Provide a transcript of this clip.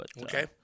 Okay